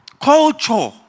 Culture